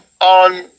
on